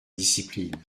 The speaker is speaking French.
discipline